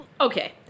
Okay